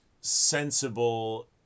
sensible